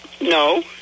No